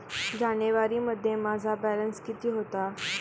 जानेवारीमध्ये माझा बॅलन्स किती होता?